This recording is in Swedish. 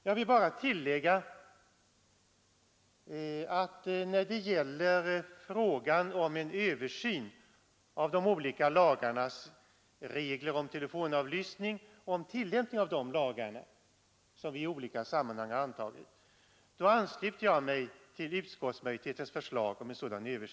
Jag vill bara tillägga att beträffande frågan om en översyn av de olika lagarnas regler om telefonavlyssning samt tillämpning av de lagar härom som vi i olika sammanhang har antagit, så ansluter jag mig till utskottsmajoritetens förslag om en sådan översyn.